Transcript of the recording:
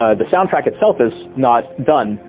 ah the soundtrack itself is not done.